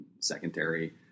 secondary